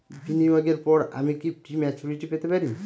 বিনিয়োগের পর আমি কি প্রিম্যচুরিটি পেতে পারি?